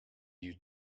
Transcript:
you